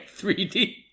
3D